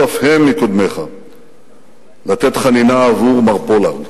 אף הם מקודמיך לתת חנינה עבור מר פולארד.